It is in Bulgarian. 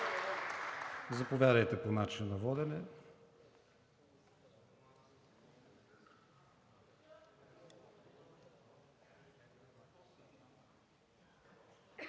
Заповядайте, по начина на водене,